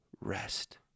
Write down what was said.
rest